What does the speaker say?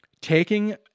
Taking